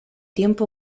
tiempo